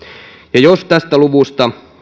ja jos tästä luvusta